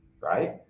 right